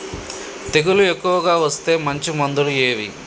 తెగులు ఎక్కువగా వస్తే మంచి మందులు ఏవి?